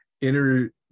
inner